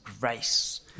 grace